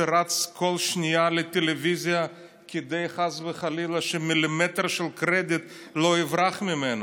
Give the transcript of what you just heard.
שרץ כל שנייה לטלוויזיה כדי שחס וחלילה מילימטר של קרדיט לא יברח ממנו,